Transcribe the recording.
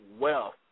wealth